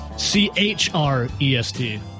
C-H-R-E-S-T